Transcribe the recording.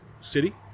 city